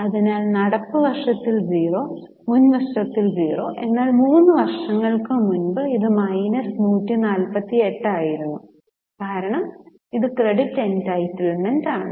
അതിനാൽ നടപ്പ് വർഷത്തിൽ 0 മുൻ വർഷത്തിൽ 0 എന്നാൽ 3 വർഷങ്ങൾക്ക് മുമ്പ് ഇത് മൈനസ് 148 ആയിരുന്നു കാരണം ഇത് ക്രെഡിറ്റ് എൻടൈറ്റിൽമെൻറ് ആണ്